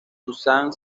susan